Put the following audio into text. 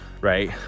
Right